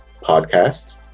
Podcast